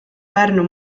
pärnu